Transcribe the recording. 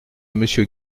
monsieur